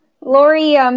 Lori